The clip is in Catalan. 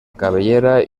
cabellera